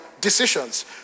decisions